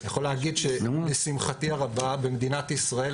אני יכול להגיד שלשמחתי הרבה במדינת ישראל,